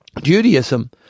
Judaism